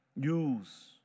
use